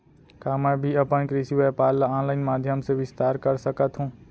का मैं भी अपन कृषि व्यापार ल ऑनलाइन माधयम से विस्तार कर सकत हो?